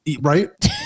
Right